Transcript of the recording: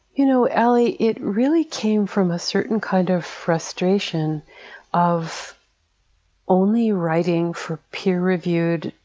you know, alie, it really came from a certain kind of frustration of only writing for peer reviewed,